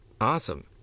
Awesome